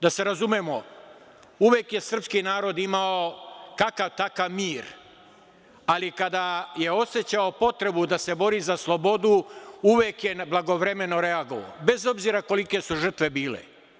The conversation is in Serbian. Da se razumemo, uvek je srpski narod imao kakav takav mir, ali kada je osećao potrebu da se bori za slobodu uvek je blagovremeno reagovao, bez obzira kolike su žrtve bile.